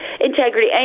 integrity